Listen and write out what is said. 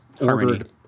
ordered